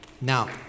Now